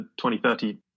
2030